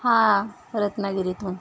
हां रत्नागिरीतून